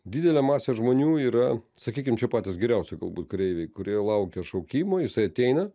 didelė masė žmonių yra sakykim čia patys geriausi galbūt kareiviai kurie laukia šaukimo jisai ateina